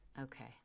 Okay